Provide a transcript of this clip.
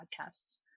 podcasts